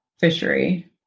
fishery